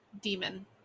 demon